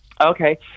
okay